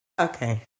Okay